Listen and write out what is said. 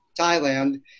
Thailand